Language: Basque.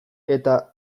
eta